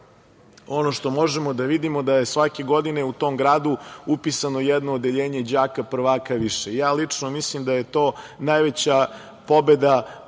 što možemo da vidimo da je svake godine u tom gradu upisano jedno odeljenje đaka prvaka više. Lično mislim da je to najveća pobeda